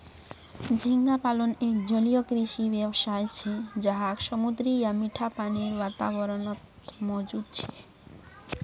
झींगा पालन एक जलीय कृषि व्यवसाय छे जहाक समुद्री या मीठा पानीर वातावरणत मौजूद छे